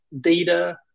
data